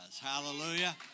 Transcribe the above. Hallelujah